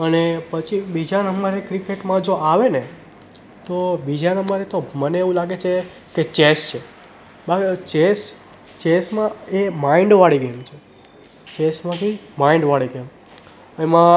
અને બીજા નંબરે ક્રિકેટમાં જો આવેને તો બીજા નંબરે મને એવું લાગે છે કે ચેસ છે ચેસમાં ચેસ એ માઈન્ડવાળી ગેમ છે ચેસમાંથી માઈન્ડવાળી ગેમ એમાં